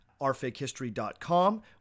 rfakehistory.com